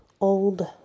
Old